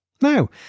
Now